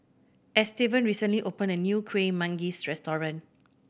Estevan recently opened a new Kuih Manggis restaurant